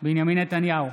בנימין נתניהו,